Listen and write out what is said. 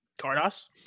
Cardos